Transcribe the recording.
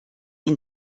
ihn